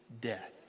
death